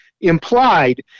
implied